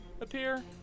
appear